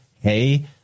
hey